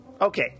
okay